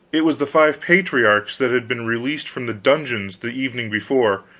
it was the five patriarchs that had been released from the dungeons the evening before!